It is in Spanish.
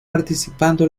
participando